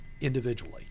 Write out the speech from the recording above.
individually